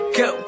go